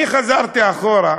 אני חזרתי אחורה,